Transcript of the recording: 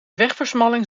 wegversmalling